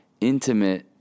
intimate